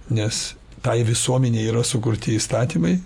nes tai visuomenei yra sukurti įstatymai